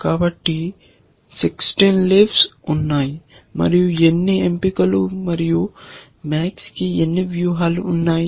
కాబట్టి 16 లీవ్స్ ఉన్నాయి మరియు ఎన్ని ఎంపికలు మరియు MAX కి ఎన్ని వ్యూహాలు ఉన్నాయి